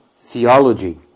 theology